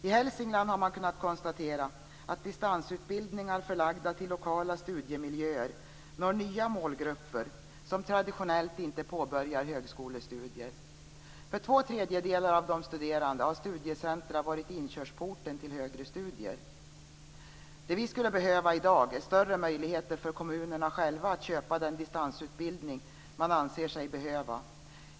I Hälsingland har man kunnat konstatera att distansutbildningar förlagda till lokala studiemiljöer når nya målgrupper som traditionellt inte påbörjar högskolestudier. För två tredjedelar av de studerande har studiecentrum varit inkörsporten till högre studier. Det vi skulle behöva i dag är större möjligheter för kommunerna själva att köpa den distansutbildning man anser sig behöva.